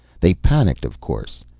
they panicked of course.